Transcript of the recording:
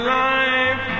life